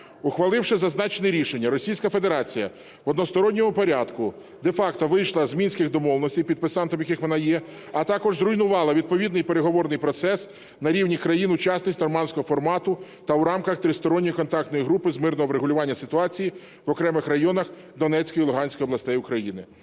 Ухваливши зазначене рішення, Російська Федерація в односторонньому порядку де-факто вийшла з Мінських домовленостей, підписантом яких вона є, а також зруйнувала відповідний переговорний процес на рівні країн-учасниць Нормандського формату та в рамках Тристоронньої контактної групи з мирного врегулювання ситуації в окремих районах Донецької і Луганської областей України.